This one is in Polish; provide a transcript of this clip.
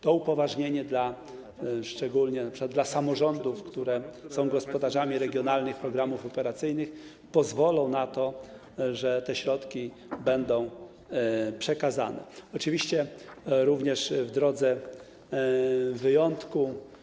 To upoważnienie, szczególnie np. w odniesieniu do samorządów, które są gospodarzami regionalnych programów operacyjnych, pozwoli na to, by te środki zostały przekazane, oczywiście również w drodze wyjątku.